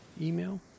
email